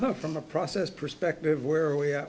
but from a process perspective were